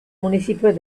municipio